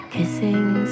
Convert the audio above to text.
Kissing